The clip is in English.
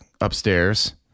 upstairs